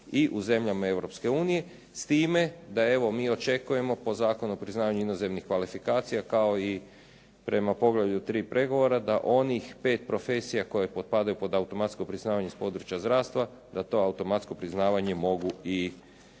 i u zemljama Europske unije s time da evo mi očekujemo po Zakonu o priznavanju inozemnih kvalifikacija kao i prema poglavlju 3. pregovora da onih pet profesija koje potpadaju pod automatsko priznavanje s područja zdravstva, da to automatsko priznavanje mogu i dobiti.